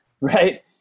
Right